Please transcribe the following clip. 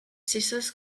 scissors